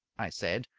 i said.